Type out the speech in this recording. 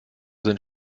sind